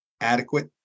adequate